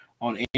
on